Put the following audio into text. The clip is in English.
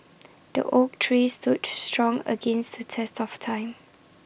the oak tree stood strong against the test of time